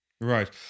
Right